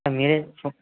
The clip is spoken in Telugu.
సార్ మీరే చే